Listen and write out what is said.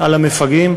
על המפגעים,